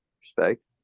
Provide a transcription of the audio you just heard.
Respect